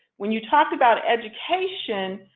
when you talk about education,